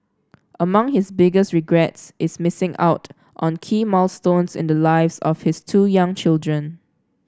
among his biggest regrets is missing out on key milestones in the lives of his two young children